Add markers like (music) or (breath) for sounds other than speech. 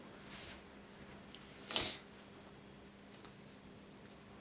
(breath)